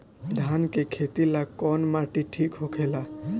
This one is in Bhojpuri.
धान के खेती ला कौन माटी ठीक होखेला?